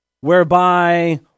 whereby